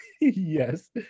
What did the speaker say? yes